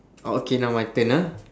oh okay now my turn ah